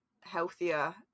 healthier